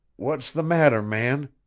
what's the matter, man?